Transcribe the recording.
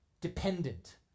dependent